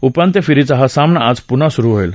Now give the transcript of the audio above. उपांत्य फ्रीचा हा सामना आज पुन्हा सुरू होईल